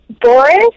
Boris